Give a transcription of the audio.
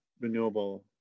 renewable